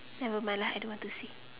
never mind lah I don't want to say